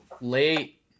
Late